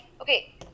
okay